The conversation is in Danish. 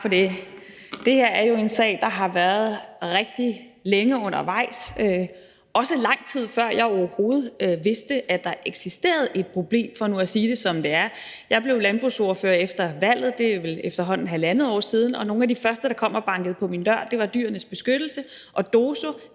det. Det her er jo en sag, der har været rigtig længe undervejs, også lang tid før jeg overhovedet vidste, at der eksisterede et problem, for nu at sige det, som det er. Jeg blev landbrugsordfører efter valget, og det er vel efterhånden halvandet år siden, og nogle af de første, der kom og bankede på min dør, var Dyrenes Beskyttelse og DOSO